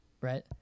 Right